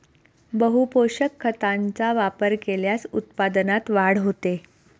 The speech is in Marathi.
बहुपोषक खतांचा वापर केल्यास उत्पादनात वाढ होते